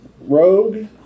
rogue